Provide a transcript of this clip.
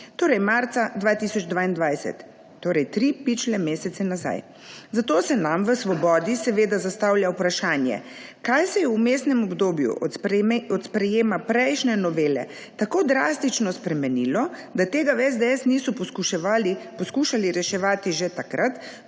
torej marca 2022, torej tri pičle mesece nazaj. Zato se nam v Svobodi seveda zastavlja vprašanje, kaj se je v vmesnem obdobju od sprejetja prejšnje novele tako drastično spremenilo, da tega v SDS niso poskušali reševati že takrat,